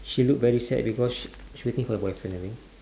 she look very sad because she she waiting for the boyfriend I think